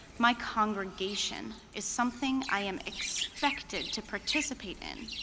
my congregation, is something i am expected to participate in,